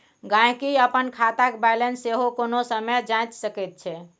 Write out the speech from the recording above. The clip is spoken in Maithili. गहिंकी अपन खातक बैलेंस सेहो कोनो समय जांचि सकैत छै